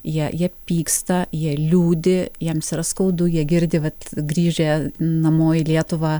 jei jie pyksta jie liūdi jiems yra skaudu jie girdi vat grįžę namo į lietuvą